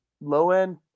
low-end